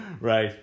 right